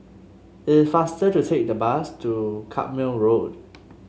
is faster to take the bus to Carpmael Road